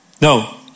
No